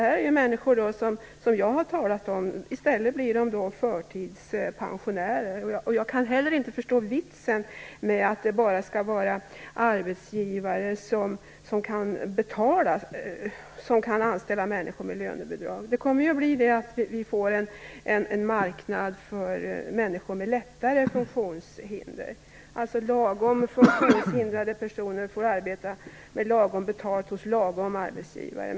De människor som jag talade om blir i stället förtidspensionärer. Jag kan heller inte förstå vitsen med att det bara skall vara arbetsgivare som kan betala som kan anställa människor med lönebidrag. Det kommer att bli så att vi får en marknad för människor med lättare funktionshinder: Lagom funktionshindrade personer får arbeta med lagom betalt hos lagom arbetsgivare.